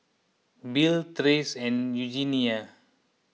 Bill Trace and Eugenia